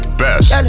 best